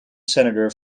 senator